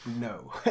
No